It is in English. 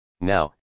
Now